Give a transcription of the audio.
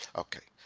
okay.